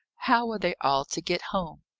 how were they all to get home?